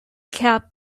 cap